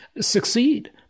succeed